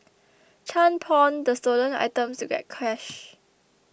Chan pawned the stolen items to get cash